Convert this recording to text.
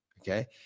okay